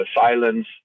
Silence